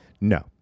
No